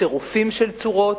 צירופים של צורות,